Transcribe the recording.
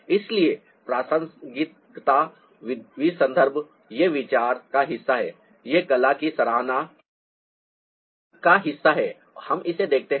इसलिए प्रासंगिकता वि संदर्भ ये विचार का हिस्सा हैं यह कला की सराहना का हिस्सा है और हम इसे देखते हैं